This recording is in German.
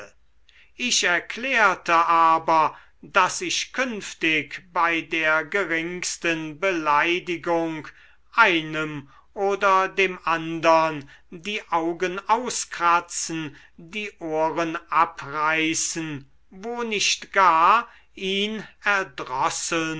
ich erklärte aber daß ich künftig bei der geringsten beleidigung einem oder dem andern die augen auskratzen die ohren abreißen wo nicht gar ihn erdrosseln